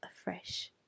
afresh